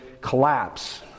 collapse